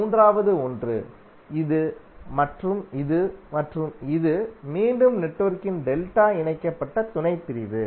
மூன்றாவது ஒன்று இது இது மற்றும் இது மீண்டும் நெட்வொர்க்கின் டெல்டா இணைக்கப்பட்ட துணைப்பிரிவு